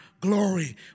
glory